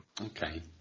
Okay